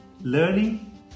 learning